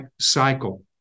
cycle